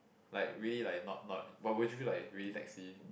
like really like not not but would you feel like really taxi